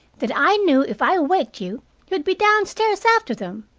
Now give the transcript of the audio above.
that i knew if i waked you you'd be downstairs after them.